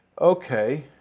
Okay